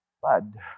Blood